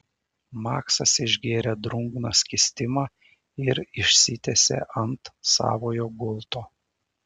maksas išgėrė drungną skystimą ir išsitiesė ant savojo gulto